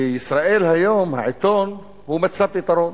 ב"ישראל היום", העיתון, הוא מצא פתרון,